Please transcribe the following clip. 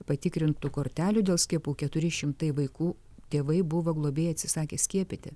patikrintų kortelių dėl skiepų keturi šimtai vaikų tėvai buvo globėjai atsisakę skiepyti